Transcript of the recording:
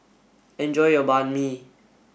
enjoy your Banh Mi